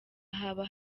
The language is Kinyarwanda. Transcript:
haba